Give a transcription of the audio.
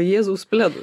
jėzaus pledu